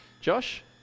Josh